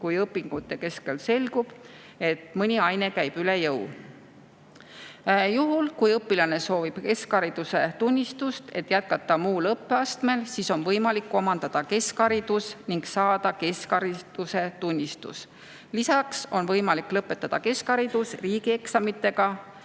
kui õpingute keskel selgub, et mõni aine käib üle jõu. Juhul kui õpilane soovib keskhariduse tunnistust, et jätkata muul õppeastmel, siis on võimalik omandada keskharidus ning saada keskhariduse tunnistus. Lisaks on võimalik lõpetada keskhariduse omandamine riigieksamitega,